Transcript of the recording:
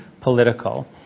political